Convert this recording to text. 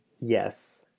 Yes